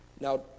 Now